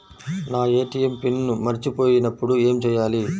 నా ATM pin మరచిపోయినప్పుడు ఏమి చేయాలి?